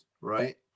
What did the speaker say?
right